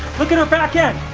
look at her back end,